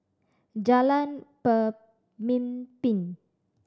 Jalan Pemimpin